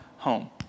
Home